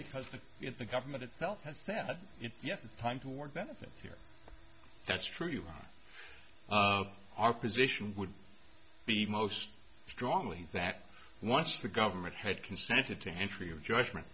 because the government itself has said yes it's time to work benefits here that's true one of our position would be most strongly that once the government had consented to enter your judgment